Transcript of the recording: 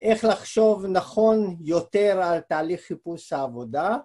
‫איך לחשוב נכון יותר ‫על תהליך חיפוש העבודה?